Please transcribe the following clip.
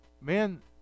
Man